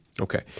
Okay